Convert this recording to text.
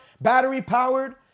battery-powered